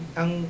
ang